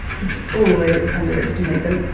just always underestimate them.